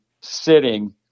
sitting